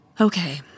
Okay